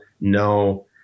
No